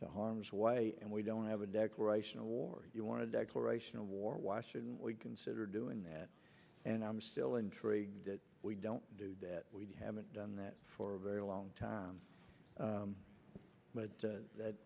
to harm's way and we don't have a declaration of war you want to declaration of war why shouldn't we consider doing that and i'm still intrigued that we don't do that we haven't done that for a very long time but that